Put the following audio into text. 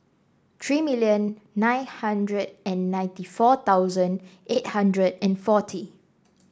three million nine hundred and ninety four thousand eight hundred and forty